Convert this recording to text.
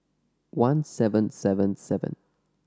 one seven seven seven